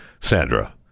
Sandra